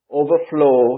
overflow